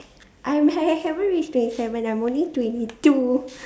I'm I I haven't reach twenty seven I'm only twenty two